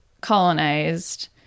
colonized